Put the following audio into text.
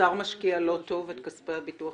האוצר משקיע לא טוב את כספי הביטוח הלאומי?